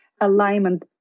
alignment